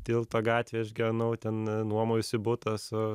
tilto gatvėj aš gyvenau ten nuomojausi butą su